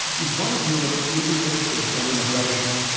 is one of europe's leading experts on immigration.